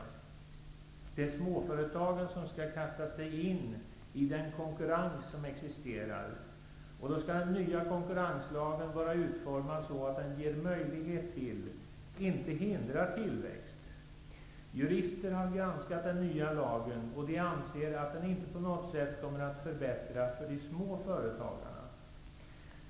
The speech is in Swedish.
Det är småföretagen som skall kasta sig in i den konkurrens som existerar. Och då skall den nya konkurrenslagen vara utformad så att den ger möjlighet till och inte hindrar tillväxt. Jurister har granskat den nya lagen, och de anser att den inte på något sätt kommer att förbättra situationen för de små företagarna.